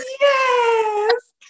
yes